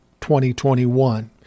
2021